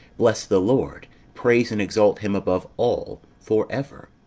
bless the lord praise and exalt him above all for ever.